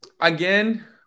again